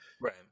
right